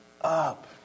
up